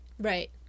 Right